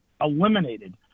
eliminated